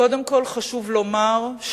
קודם כול חשוב לומר,